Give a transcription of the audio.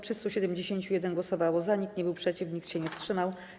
371 głosowało za, nikt nie był przeciw, nikt się nie wstrzymał.